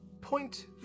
point